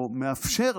או מאפשר,